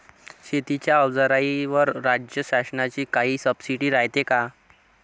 शेतीच्या अवजाराईवर राज्य शासनाची काई सबसीडी रायते का?